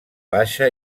baixa